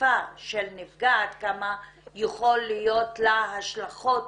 כמה חשיפה